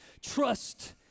Trust